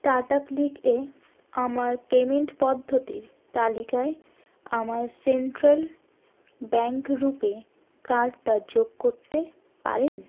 tata click এ আমার payment পদ্ধতির তালিকায় আমার সেন্ট্রাল ব্যাঙ্ক রুপে কার্ডটা যোগ করতে পারেন